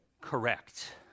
Correct